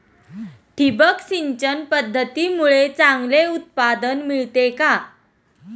ठिबक सिंचन पद्धतीमुळे चांगले उत्पादन मिळते का?